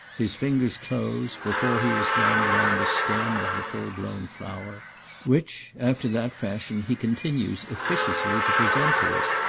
his fingers close, before he has done, round the stem of the full-blown flower which, after that fashion, he continues officiously to present to us.